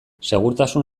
segurtasun